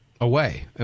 away